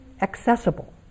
accessible